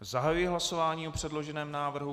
Zahajuji hlasování o předloženém návrhu.